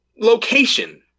location